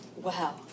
Wow